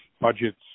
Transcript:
budgets